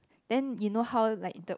then you know how like the